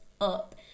up